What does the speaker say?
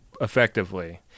effectively